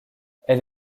elle